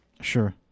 Sure